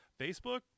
Facebook